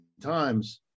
times